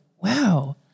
wow